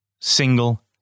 single